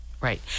right